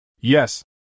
Yes